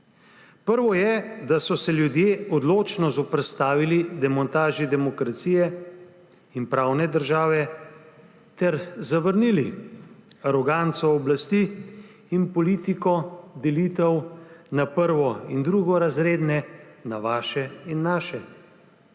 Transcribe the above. Prvo je, da so se ljudje odločno zoperstavili demontaži demokracije in pravne države ter so zavrnili aroganco oblasti in politiko delitev na prvo- in drugorazredne, na vaše in naše.